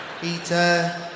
Peter